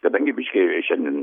kadangi biškį šiandien